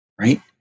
right